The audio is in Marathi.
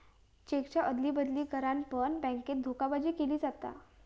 चेकच्या अदली बदली करान पण बॅन्केत धोकेबाजी केली जाता